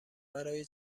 برای